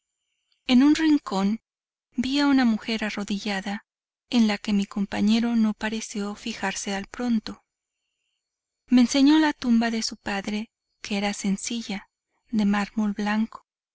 en un rincón vi a una mujer arrodillada en la que mi compañero no pareció fijarse al pronto me enseñó la tumba de su padre que era sencilla de mármol blanco